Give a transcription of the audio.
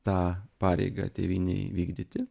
tą pareigą tėvynei vykdyti